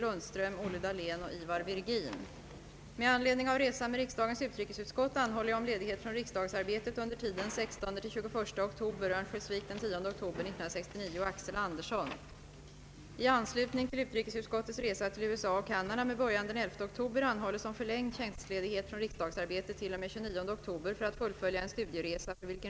Undertecknad, som för närvarande är intagen å Södertälje sjukhus, får härmed anmäla förhinder att deltaga i riksdagens arbete vid höstsessionens början. Läkarintyg bifogas. På grund av magsår och njurlidande anhålles om ledighet från riksdagsarbetet tills vidare. Åberopande bifogade läkarintyg anhåller jag om ledighet från riksdagsarbetet för tiden den 16 10.